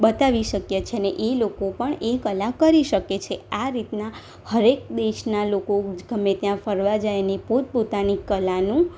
બતાવી શકીએ છીએ અને એ લોકો પણ એ કલા કરી શકે છે આ રીતના હર એક દેશનાં લોકો ગમે ત્યાં ફરવા જાય અને પોતપોતાની કલાનું